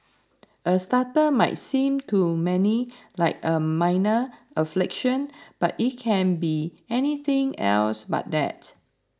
a stutter might seem to many like a minor affliction but it can be anything else but that